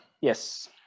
yes